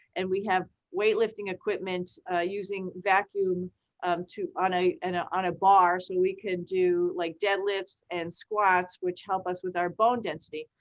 and we have weightlifting equipment using vacuum um on a and ah on a bar. so we could do like dead lifts and squats, which help us with our bone density.